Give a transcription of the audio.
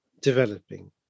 developing